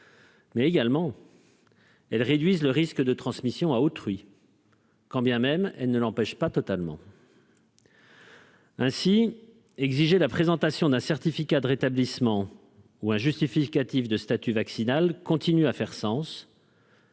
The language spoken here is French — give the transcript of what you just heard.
Mais également. Elles réduisent le risque de transmission à autrui. Quand bien même elle ne l'empêche pas totalement. Ainsi exiger la présentation d'un certificat de rétablissement ou un justificatif de statut vaccinal continue à faire sens.